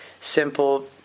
simple